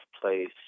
place